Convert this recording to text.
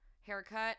haircut